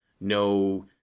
no